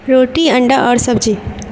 روٹی انڈا اور سبزی